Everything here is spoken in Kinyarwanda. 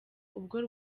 ubwo